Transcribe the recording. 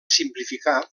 simplificar